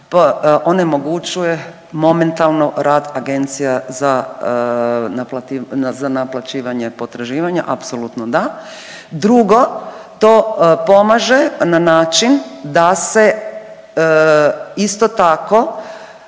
onemogućuje momentalno rad agencija za .../nerazumljivo/... naplaćivanje potraživanja, apsolutno da. Drugo, to pomaže na način da se isto tako